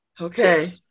Okay